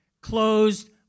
closed